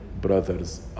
brother's